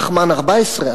פחמן 14,